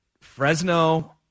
Fresno